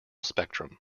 spectrum